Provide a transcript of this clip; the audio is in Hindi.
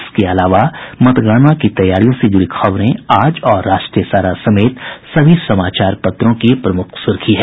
इसके अलावा मतगणना की तैयारियों से जुड़ी खबरें आज और राष्ट्रीय सहारा समेत सभी समाचार पत्रों की प्रमुख सुर्खी है